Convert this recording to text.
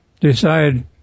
decide